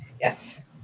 yes